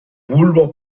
bulbo